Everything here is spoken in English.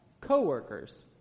co-workers